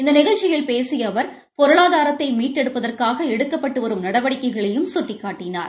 இந்த நிகழ்ச்சியில் பேசிய அவர் பொருளாதாரத்தை மீட்டெடுப்பதற்காக எடுக்கப்பட்டு வரும் நடவடிக்கைகளையும் சுட்டிக்கட்டினார்